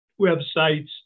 websites